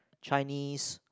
Chinese